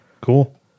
Cool